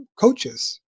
coaches